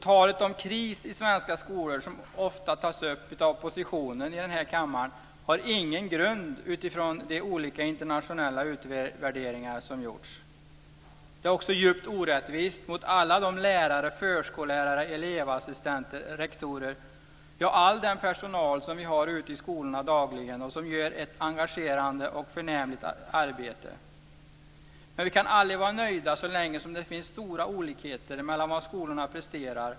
Talet om kris i svenska skolor, som ofta tas upp av oppositionen i denna kammare, har ingen grund utifrån de olika internationella utvärderingar som gjorts. Det är också djupt orättvist mot alla de lärare, förskollärare, elevassistenter, rektorer, ja all den personal som vi har ute i skolorna dagligen och som gör engagerade insatser och ett förnämligt arbete. Men vi kan aldrig vara nöjda så länge som det finns olika olikheter mellan vad skolorna presterar.